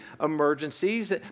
emergencies